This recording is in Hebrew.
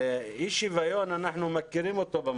הרי אנחנו מכירים את אי השוויון במערכת.